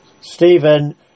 Stephen